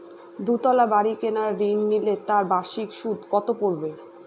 দুতলা বাড়ী কেনার ঋণ নিলে তার বার্ষিক সুদ কত পড়বে?